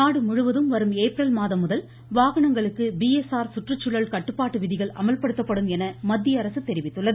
நாடுமுழுவதும் வரும் ஏப்ரல் மாதம் முதல் வாகனங்களுக்கு டீஞ்ளசு சுற்றுச்சூழல் கட்டுப்பாட்டு விதிகள் அமல்படுத்தப்படும் என மத்திய அரசு தெரிவித்துள்ளது